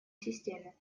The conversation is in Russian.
системе